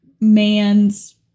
man's